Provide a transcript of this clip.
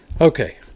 Okay